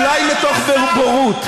אפס, אפס, לא, לא, לא, אולי מתוך בורות.